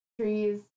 trees